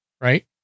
Right